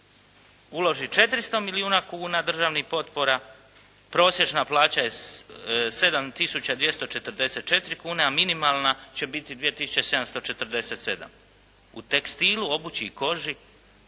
uloži 400 milijuna državnih potpora, prosječna plaća je 7 tisuća 244 kune, a minimalna će biti 2 tisuće 747. U tekstilu, obući i koži